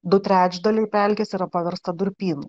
du trečdaliai pelkės yra paversta durpynu